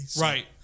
Right